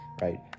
right